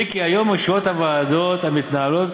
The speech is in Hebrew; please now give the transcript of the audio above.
מיקי, היום ישיבות הוועדות מתנהלות